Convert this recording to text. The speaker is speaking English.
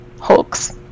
Hulk's